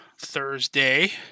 Thursday